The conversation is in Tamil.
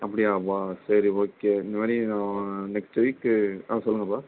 அப்படியாப்பா சரி ஓகே இந்தமாரி நான் நெக்ஸ்ட்டு வீக்கு ஆ சொல்லுங்கள்ப்பா